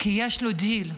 כי יש לו דיל.